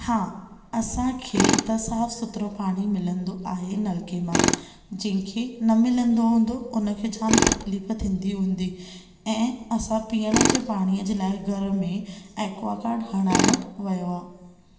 हा असां खे त साफ़ सुथरो पाणी मिलंदो आहे नलके मां जंहिं खे न मिलंदो हूंदो हुन खे जाम तकलीफ़ थींदी हूंदी ऐं असां पियण जे पाणी जे लाइ घर में एक्वागार्ड हणायो वियो आहे